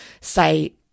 say